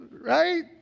right